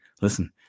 Listen